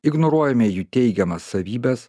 ignoruojame jų teigiamas savybes